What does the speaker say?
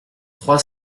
trois